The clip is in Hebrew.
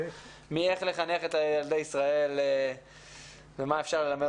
מאיך לחנך את ילדי ישראל ומה אפשר ללמד